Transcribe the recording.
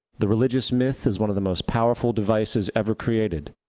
the religious myth is one of the most powerful devices ever created,